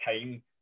time